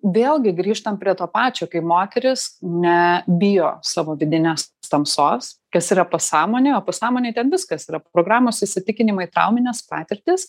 vėlgi grįžtam prie to pačio kai moteris ne bijo savo vidinės tamsos kas yra pasąmonė o pasąmonėj ten viskas yra programos įsitikinimai trauminės patirtys